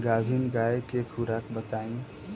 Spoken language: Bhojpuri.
गाभिन गाय के खुराक बताई?